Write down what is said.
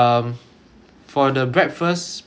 for the breakfast pricing